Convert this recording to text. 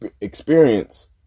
experience